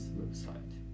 website